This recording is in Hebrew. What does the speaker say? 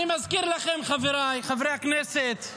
אני מזכיר לכם, חבריי חברי הכנסת,